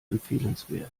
empfehlenswert